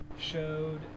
showed